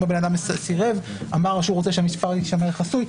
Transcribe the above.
הבן אדם סירב ואמר שהוא רוצה שהמספר יישמר חסוי.